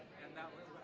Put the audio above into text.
and that was